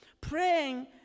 Praying